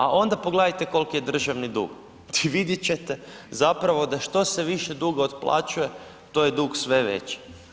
A onda pogledajte koliki je državni dug i vidjet ćete zapravo, da što se više duga otplaćuje, to je dug sve veći.